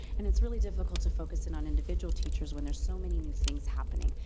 and it's really difficult to focus in on individual teachers when there's so many new things happening.